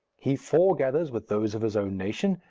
he foregathers with those of his own nation,